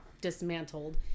dismantled